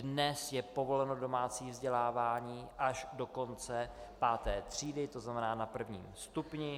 Dnes je povoleno domácí vzdělávání až do konce páté třídy, to znamená na prvním stupni.